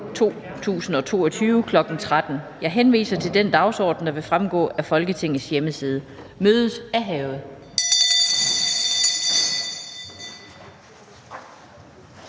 2022, kl. 13.00. Jeg henviser til den dagsorden, der vil fremgå af Folketingets hjemmeside. Mødet er hævet.